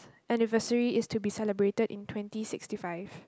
anniversary is to be celebrated in twenty sixty five